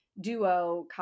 duo